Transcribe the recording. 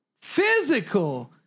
physical